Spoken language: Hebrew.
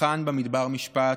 "ושכן במדבר משפט,